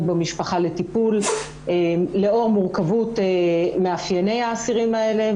במשפחה לטיפול לאור מורכבות מאפייני האסירים האלה,